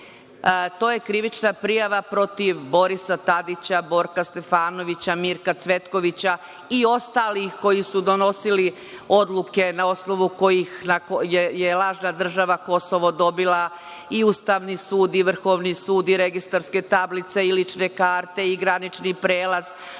To je krivična prijava protiv Borisa Tadića, Borka Stefanovića, Mirka Cvetkovića, i ostalih koji su donosili odluke na osnovu kojih je lažna država Kosovo dobila i Ustavni sud, i Vrhovni sud, i registarske tablice, i lične karte, i granični prelaz,